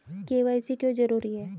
KYC क्यों जरूरी है?